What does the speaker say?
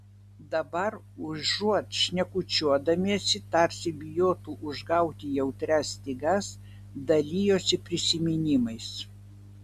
dabar užuot šnekučiuodamiesi tarsi bijotų užgauti jautrias stygas dalijosi prisiminimais